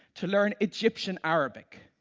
to learn egyptian arabic.